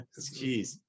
Jeez